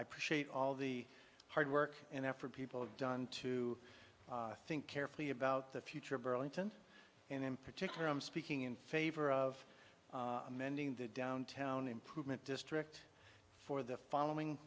appreciate all the hard work and effort people have done to think carefully about the future of burlington and in particular i'm speaking in favor of amending the downtown improvement district for the following